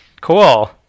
Cool